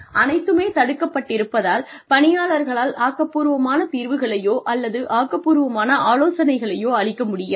அனைத்துமே தடுக்கப்பட்டிருப்பதால் பணியாளர்களால் ஆக்கப்பூர்வமான தீர்வுகளையோ அல்லது ஆக்கப்பூர்வமான ஆலோசனைகளையோ அளிக்க முடியாது